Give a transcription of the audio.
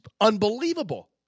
unbelievable